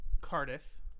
Cardiff